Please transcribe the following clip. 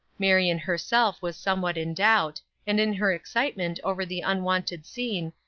marion herself was somewhat in doubt, and in her excitement over the unwonted scene,